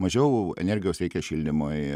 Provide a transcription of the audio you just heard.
mažiau energijos reikia šildymui